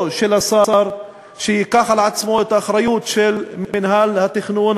של השר שייקח על עצמו את האחריות למינהל התכנון.